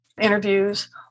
interviews